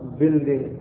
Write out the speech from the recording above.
building